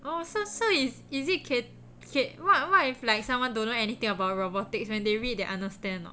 oh so so is is it can okay what what if like someone don't know anything about robotics when they read they understand or not